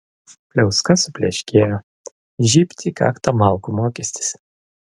pliauska supleškėjo žybt į kaktą malkų mokestis